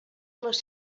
les